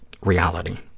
reality